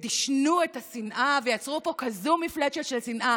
דישנו את השנאה ויצרו פה כזאת מפלצת של שנאה